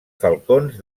falcons